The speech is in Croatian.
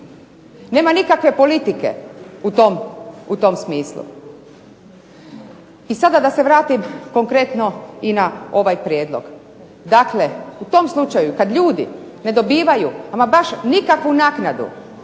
nema nikakve politike u tom smislu. I sada da se vratim konkretno na ovaj prijedlog. Dakle, u tom slučaju kada ljudi ne dobivaju ama baš nikakvu naknadu,